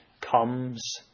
comes